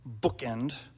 bookend